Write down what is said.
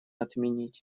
отменить